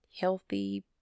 healthy